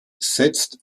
setzt